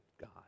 God